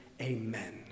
Amen